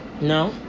No